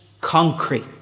concrete